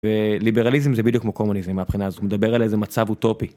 וליברליזם זה בדיוק כמו קומוניזם מהבחינה הזאת, הוא מדבר על איזה מצב אוטופי.